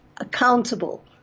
accountable